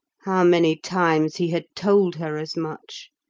many times he had told her as much!